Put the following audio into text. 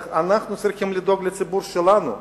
איך אנחנו צריכים לדאוג לציבור שלנו?